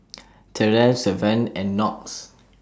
Terrell Savanah and Knox